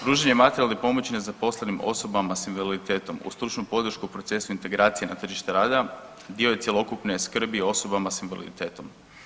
Pružanje materijalne pomoći nezaposlenim osobama sa invaliditetom uz stručnu podršku procesu integracije na tržište rada dio je cjelokupne skrbi osobama sa invaliditetom.